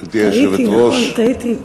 טעיתי, נכון, טעיתי.